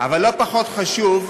אבל לא פחות חשוב,